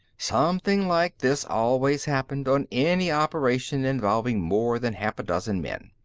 something like this always happened, on any operation involving more than half a dozen men.